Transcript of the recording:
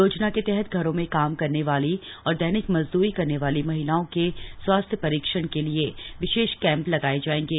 योजना के तहत घरों में काम करने वाली और दैनिक मजद्री करने वाली महिलाओं के स्वास्थ्य परीक्षण के लिए विशेष कैम्प लगाये जायेंगे